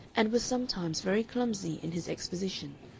and was sometimes very clumsy in his exposition,